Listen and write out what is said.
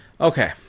Okay